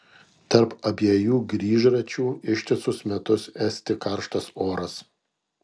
tarp abiejų grįžračių ištisus metus esti karštas oras